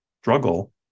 struggle